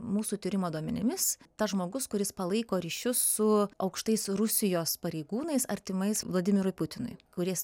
mūsų tyrimo duomenimis tas žmogus kuris palaiko ryšius su aukštais rusijos pareigūnais artimais vladimirui putinui kuris